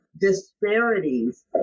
disparities